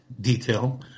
detail